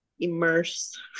Immerse